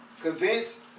convince